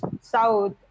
South